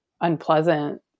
unpleasant